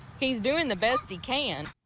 he's doing the best he can.